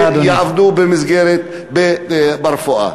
שיעבדו ברפואה.